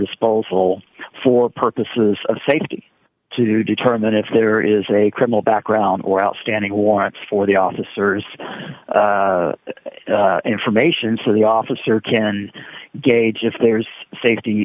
disposal for purposes of safety to determine if there is a criminal background or outstanding warrants for the officers information so the officer can gauge if there's safety